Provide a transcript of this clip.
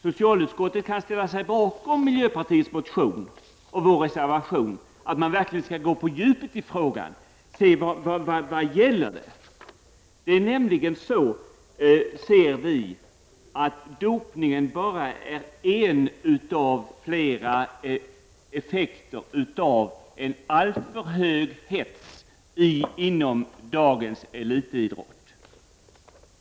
Socialutskottet kan ställa sig bakom miljöpartiets motion och reservation att verkligen gå till djupet i frågan. Vi ser att dopning är bara en av flera effekter av en alltför hög hets inom dagens elitidrott.